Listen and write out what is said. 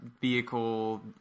vehicle